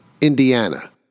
Indiana